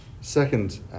Second